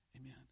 Amen